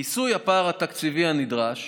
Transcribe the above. כיסוי הפער התקציבי הנדרש